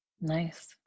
Nice